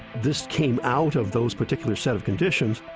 this came out of those particular set of conditions.